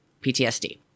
PTSD